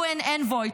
UN envoy,